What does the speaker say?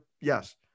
Yes